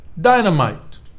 Dynamite